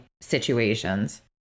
situations